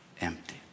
empty